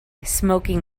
smoking